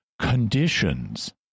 conditions